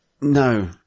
No